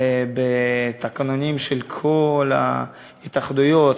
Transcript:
בתקנונים של כל ההתאחדויות,